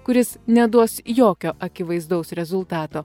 kuris neduos jokio akivaizdaus rezultato